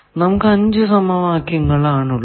നമുക്ക് 5 സമവാക്യങ്ങൾ ആണ് ഉള്ളത്